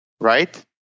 right